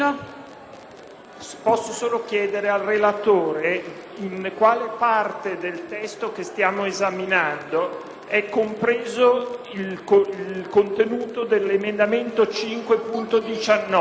vorrei chiedere al relatore in quale parte del testo che stiamo esaminando è ricompreso il contenuto dell'emendamento 5.19,